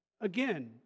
Again